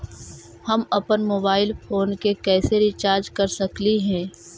हम अप्पन mobile phone के कैसे रिचार्ज कर सकली हे?